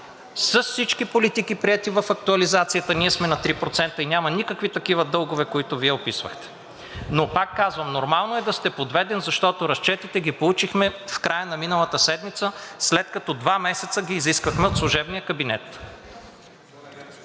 с всички политики, приети в актуализацията, ние сме на 3% и няма никакви такива дългове, които Вие описвахте. Но пак казвам, нормално е да сте подведен, защото разчетите получихме в края на миналата седмица, след като два месеца ги изисквахме от служебния кабинет.